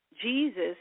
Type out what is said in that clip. Jesus